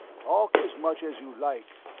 talk as much as you like,